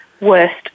worst